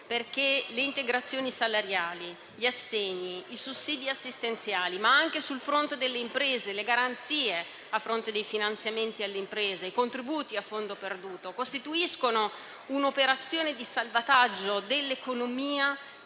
perché le integrazioni salariali, gli assegni, i sussidi assistenziali, ma anche, sul fronte delle imprese, le garanzie a fronte di finanziamenti alle imprese e i contributi a fondo perduto costituiscono un'operazione di salvataggio dell'economia